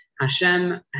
Hashem